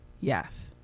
Yes